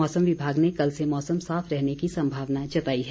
मौसम विभाग ने कल से मौसम साफ रहने की संभावना जताई है